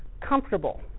comfortable